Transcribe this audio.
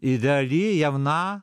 ideali jauna